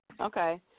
Okay